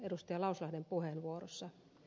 lauslahden puheenvuorossa